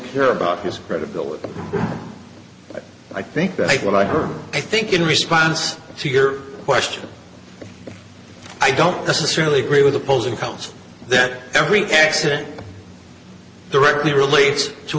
care about his credibility i think that what i heard i think in response to your question i don't necessarily agree with opposing counsel that every accident directly relates to